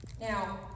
Now